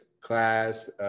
class